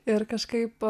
ir kažkaip